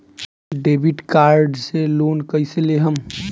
Debit card से loan कईसे लेहम?